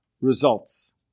results